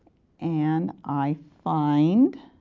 and i find